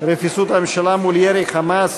רפיסות הממשלה מול ירי ה"חמאס"